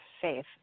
faith